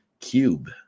Cube